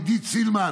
עידית סילמן,